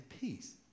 peace